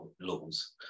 laws